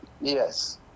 Yes